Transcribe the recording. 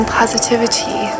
positivity